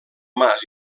mas